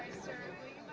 certainly